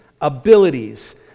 abilities